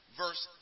verse